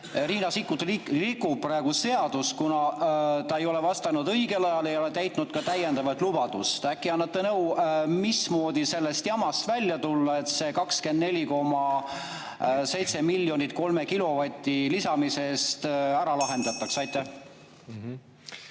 Riina Sikkut rikub praegu seadust, kuna ta ei ole vastanud õigel ajal, ei ole täitnud ka täiendavat lubadust. Äkki annate nõu, mismoodi sellest jamast välja tulla, et see 24,7 miljonit 3 kilovati lisamise eest ära lahendatakse?